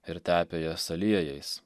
ir tepė jas aliejais